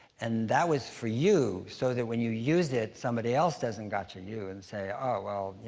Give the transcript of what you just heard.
and that was for you, so that when you use it, somebody else doesn't gotcha you and say, oh, well,